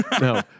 No